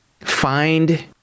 find